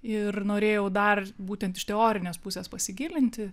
ir norėjau dar būtent iš teorinės pusės pasigilinti